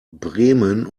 bremen